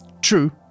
true